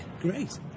great